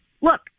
Look